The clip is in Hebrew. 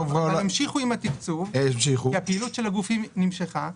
המשיכו עם התקצוב, הפעילות של הגופים נמשכה.